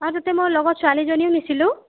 আৰু তাতে লগত মই ছোৱালীজনীও নিছিলোঁ